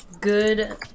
Good